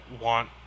want